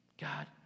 God